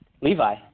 Levi